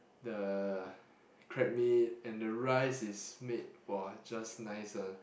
the crab meat and the rice is made !wow! just nice one